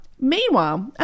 Meanwhile